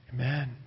Amen